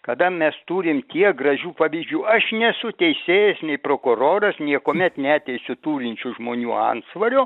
kada mes turim tiek gražių pavyzdžių aš nesu teisėjas nei prokuroras niekuomet neteisiu turinčių žmonių antsvorio